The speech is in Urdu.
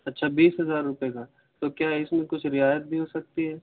اچھا بیس ہزار روپے کا تو کیا اس میں کچھ رعایت بھی ہو سکتی ہے